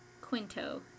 Quinto